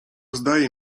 zdaje